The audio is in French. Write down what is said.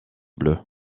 bleues